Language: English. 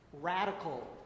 Radical